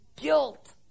guilt